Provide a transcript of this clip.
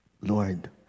Lord